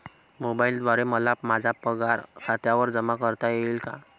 मोबाईलद्वारे मला माझा पगार खात्यावर जमा करता येईल का?